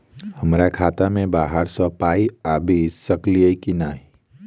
हमरा खाता मे बाहर सऽ पाई आबि सकइय की नहि?